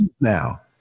now